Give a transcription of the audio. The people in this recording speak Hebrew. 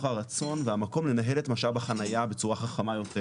הרצון והמקום לנהל את משאב החניה בצורה חכמה יותר,